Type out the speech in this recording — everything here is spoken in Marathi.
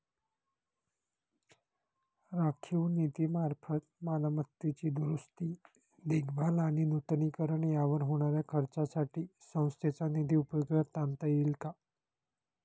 राखीव निधीमार्फत मालमत्तेची दुरुस्ती, देखभाल आणि नूतनीकरण यावर होणाऱ्या खर्चासाठी संस्थेचा निधी उपयोगात आणता येईल का?